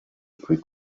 plus